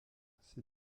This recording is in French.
ces